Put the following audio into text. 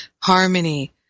harmony